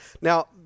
now